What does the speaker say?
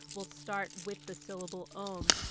will start with the syllable om.